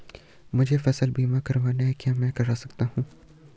मुझे फसल बीमा करवाना है क्या मैं कर सकता हूँ?